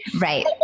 Right